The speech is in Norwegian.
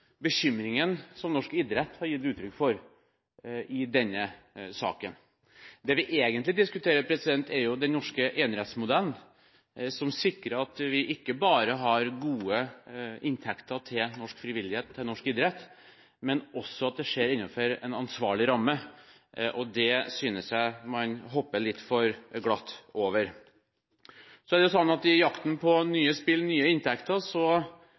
bekymringen som norsk idrett har gitt uttrykk for i denne saken. Det vi egentlig diskuterer, er den norske enerettsmodellen, som sikrer at vi ikke bare har gode inntekter til norsk frivillighet og norsk idrett, men også at det skjer innenfor en ansvarlig ramme. Det synes jeg man hopper litt for glatt over. I jakten på nye spill og nye inntekter